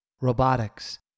robotics